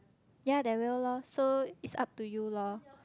ya there will lor so it's up to you lor